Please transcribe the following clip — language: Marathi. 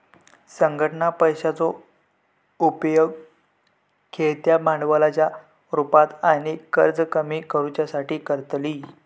संघटना पैशाचो उपेग खेळत्या भांडवलाच्या रुपात आणि कर्ज कमी करुच्यासाठी करतली